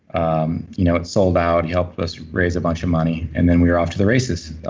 um you know it sold out. he helped us raise a bunch of money and then we're off to the races